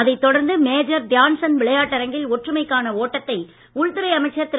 அதைத் தொடர்ந்து மேஜர் தியான்சந்த் விளையாட்டரங்கில் ஒற்றுமைக்கான ஓட்டத்தை உள்துறை அமைச்சர் திரு